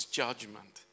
judgment